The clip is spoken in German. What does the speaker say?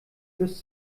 bis